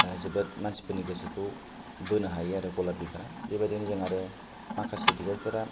जोबोद मानसिफोरनि गोसोखौ बोनो हायो आरो गलाब बिबारा बेबायदिनो जों आरो माखासे बिबारफोरा